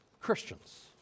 Christians